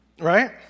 right